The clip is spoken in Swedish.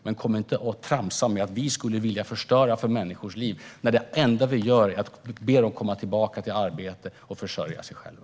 Men kom inte och tramsa om att vi skulle vilja förstöra människors liv när det enda vi gör är att vi ber dem komma tillbaka till arbete och försörja sig själva.